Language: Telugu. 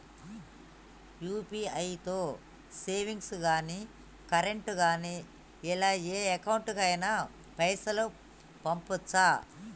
యూ.పీ.ఐ తో సేవింగ్స్ గాని కరెంట్ గాని ఇలా ఏ అకౌంట్ కైనా పైసల్ పంపొచ్చా?